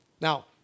Now